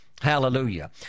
hallelujah